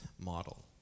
model